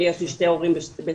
אני יש לי שני הורים ב-STANDBY,